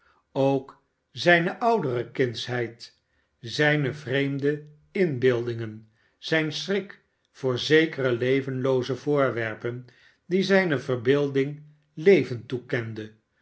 ook zijne oudere kindsheid zijne vreemde inbeeldingen zijn schrik voor zekere levenlooze voorwerpen die zijne verbeelding leven toekende